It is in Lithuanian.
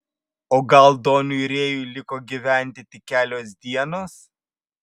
o gal doniui rėjui liko gyventi tik kelios dienos